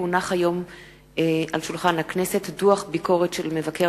כי הונח היום על שולחן הכנסת דוח ביקורת של מבקר